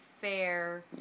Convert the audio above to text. fair